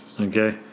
Okay